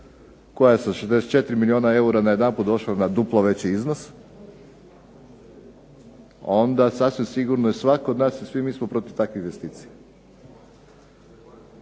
koja sa 64 milijuna eura najedanput došla na duplo veći iznos, onda sasvim sigurno i svatko od nas, svi mi smo protiv takve investicije.